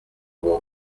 avuga